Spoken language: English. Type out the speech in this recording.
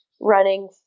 running